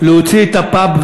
להוציא את הפאב,